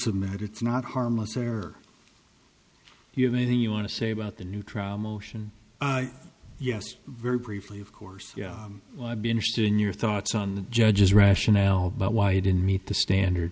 submit it's not harmless error you have anything you want to say about the new trial motion yes very briefly of course i'd be interested in your thoughts on the judge's rationale but why you didn't meet the standard